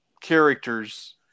characters